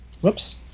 Whoops